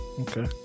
okay